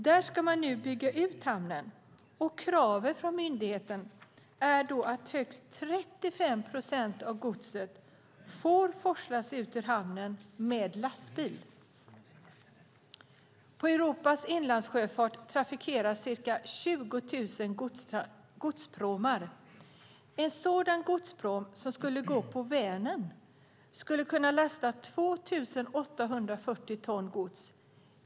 Där ska man nu bygga ut hamnen. Kravet från myndigheten är att högst 35 procent av godset får forslas ut ur hamnen med lastbil. Europas inlandssjöfart trafikeras av ca 20 000 godspråmar. En sådan godspråm på Vänern skulle kunna lasta 2 840 ton gods.